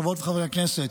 חברות וחברי הכנסת,